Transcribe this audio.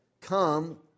Come